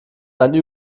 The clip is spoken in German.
einen